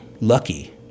Lucky